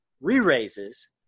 re-raises